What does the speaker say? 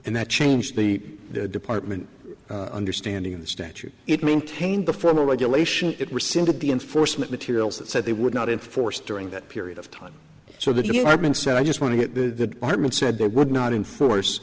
and that changed the department understanding of the statute it maintained the formal regulation it rescinded the enforcement materials it said they would not enforce during that period of time so the department said i just want to get the bartman said they would not enforce